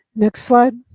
next slide.